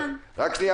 בסדר גמור.